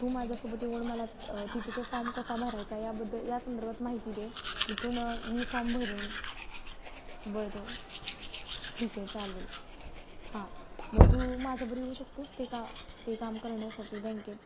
तू माझ्यासोबत येवून मला तिथे तो फॉर्म कसा भरायचा याबद्दल या संदर्भात माहिती दे तिथून मी फॉर्म भरेन बरं ठीक आहे चालेल हां मग तू माझ्या घरी येऊ शकतोस ते का ते काम करण्यासाठी बँकेत